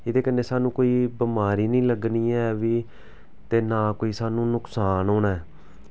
एह्दे कन्नै सानूं कोई बमारी निं लग्गनी ऐ वी ते ना कोई सानूं नुकसान होना ऐ